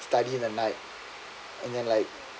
study in the night